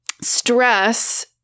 stress